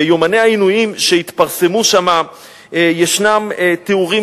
ביומני העינויים שהתפרסמו שם ישנם תיאורים